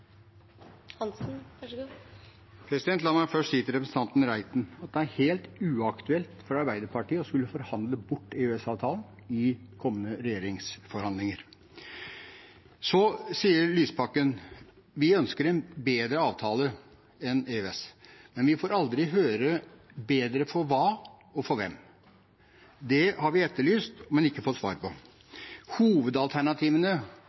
helt uaktuelt for Arbeiderpartiet å skulle forhandle bort EØS-avtalen i kommende regjeringsforhandlinger. Så sier Lysbakken: Vi ønsker en bedre avtale enn EØS. Men vi får aldri høre bedre for hva, og for hvem. Det har vi etterlyst, men ikke fått svar